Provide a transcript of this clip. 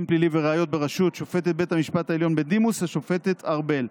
פלילי וראיות בראשות שופטת בית המשפט העליון בדימוס השופטת ארבל.